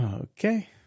Okay